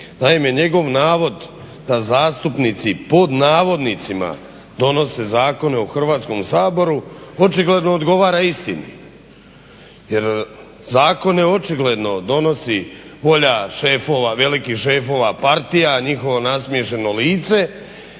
Naime, njegov navod da zastupnici pod navodnicima donose zakone u Hrvatskom saboru očigledno odgovara istini. Jer zakone očigledno donosi bolja šefova, velikih šefova partija, njihovo nasmiješeno lice